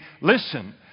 listen